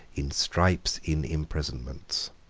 in stripes, in imprisonments.